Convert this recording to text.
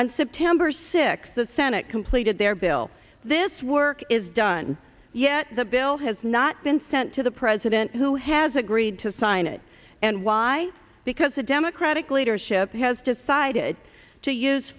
and september sixth the senate completed their bill this work is done yet the bill has not been sent to the president who has agreed to sign it and why because the democratic leadership has decided to use